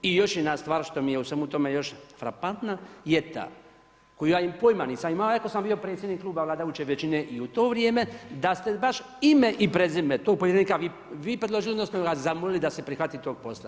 I još jedna stvar što mi je u svemu tome još frapantna je ta koju ja pojma nisam imao, iako sam bio predsjednik kluba vladajuće većine i u to vrijeme, da ste baš ime i prezime tog povjerenika vi predložili odnosno ga zamolili da se prihvati tog posla.